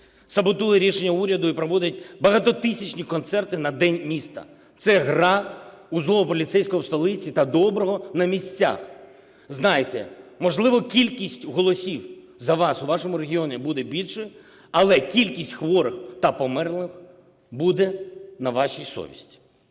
саботує рішення уряду і проводить багатотисячні концерти на день міста – це гра у "злого поліцейського" в столиці та "доброго" на місцях. Знайте, можливо, кількість голосів за вас у вашому регіоні буде більша, але кількість хворих та померлих буде на вашій совісті.